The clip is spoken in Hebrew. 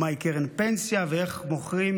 מהי קרן פנסיה, ואיך בוחרים